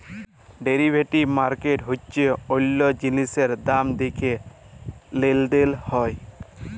derivative market হচ্যে অল্য জিলিসের দাম দ্যাখে লেলদেল হয়